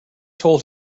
told